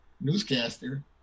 newscaster